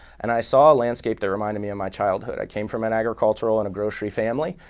and i saw a landscape that reminded me of my childhood. i came from an agricultural and a grocery family.